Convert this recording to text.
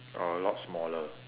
or a lot smaller